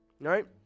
right